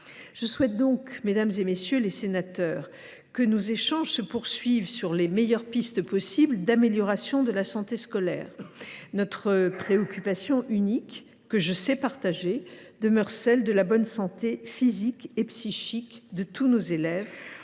Je souhaite donc, mesdames, messieurs les sénateurs, que nos échanges se poursuivent sur les meilleures pistes d’amélioration de la santé scolaire. Notre unique préoccupation, que je sais partagée par vous, demeure celle de la bonne santé, physique et psychique, de l’ensemble de nos élèves,